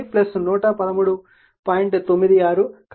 96 కాబట్టి ఇది 10